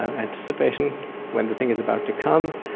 anticipation when the thing is about to come,